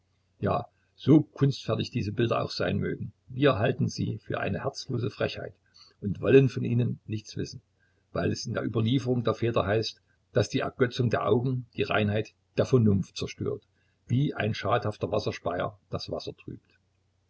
ja so kunstfertig diese bilder auch sein mögen wir halten sie für eine herzlose frechheit und wollen von ihnen nichts wissen weil es in der überlieferung der väter heißt daß die ergötzung der augen die reinheit der vernunft zerstört wie ein schadhafter wasserspeier das wasser trübt